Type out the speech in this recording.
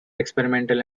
experimental